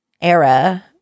era